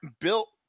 built